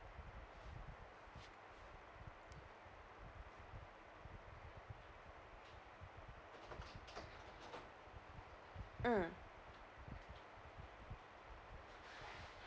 mm